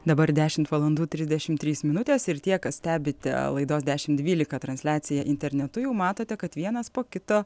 dabar dešimt valandų trisdešim trys minutės ir tie kas stebite laidos dešimt dvylika transliaciją internetu jau matote kad vienas po kito